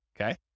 okay